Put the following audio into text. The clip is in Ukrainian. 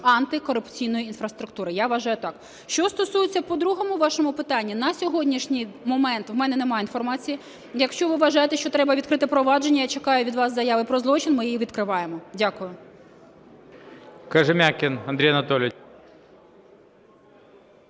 антикорупційної інфраструктури. Я вважаю так. Що стосується по другому вашому питанню, на сьогоднішній момент у мене немає інформації, якщо ви вважаєте, що треба відкрити провадження, я чекаю від вас заяви про злочин, ми його відкриваємо. Дякую.